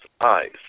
eyes